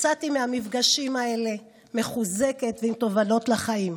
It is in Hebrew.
יצאתי מהמפגשים האלה מחוזקת ועם תובנות לחיים.